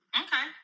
Okay